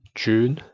June